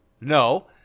No